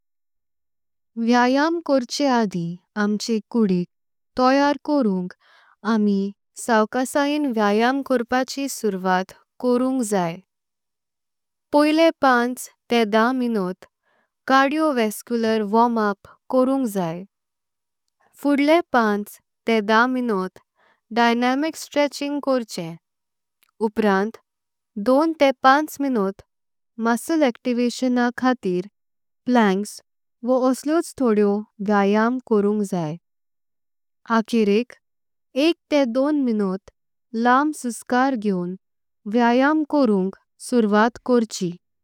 व्यायाम करचे आधी आमचें कुदिक तयार करुंक आमी। सावकाशां व्यायाम करपाची सुरवात करुंक जाय। पहिले पाच ते दहा मिनट कार्डियोवॅस्क्युलर वॉर्म अप। करुंक जाय फडळे पाच ते दहा मिनट डायनॅमिक स्ट्रेचिंग। करचें उपरांत दोन ते पाच मिनट मसल अॅक्टिवेशन खातीर। प्लैंक्स वा असलेच तोडें व्यायाम करुंक जाय आकरेख एक ते। दोन मिनट लांब सुस्कार घेऊन व्यायाम करुंक सुरवात करची।